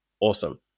awesome